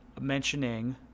Mentioning